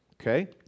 Okay